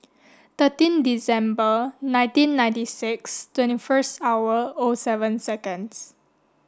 thirteen December nineteen ninety six twenty first hour O seven seconds